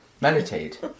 Meditate